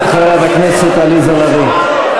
נא לשבת, חברת הכנסת עליזה לביא.